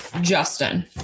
Justin